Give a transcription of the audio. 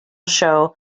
show